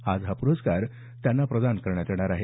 आज हा प्रस्कार त्यांना प्रदान करण्यात येणार आहे